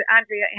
Andrea